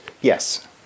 Yes